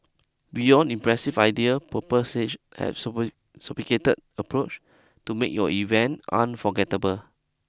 beyond impressive ideas Purple Sage has approache to make your events unforgettable